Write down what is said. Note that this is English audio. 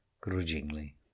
grudgingly